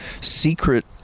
secret